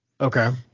Okay